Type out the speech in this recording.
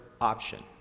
option